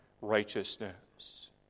righteousness